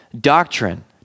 doctrine